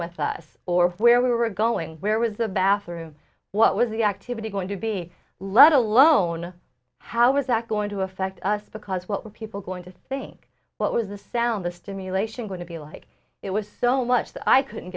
with us or where we were going where was the bathroom what was the activity going to be let alone how was that going to affect us because what were people going to think what was the sound the stimulation going to be like it was so much that i couldn't